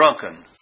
drunken